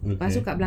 okay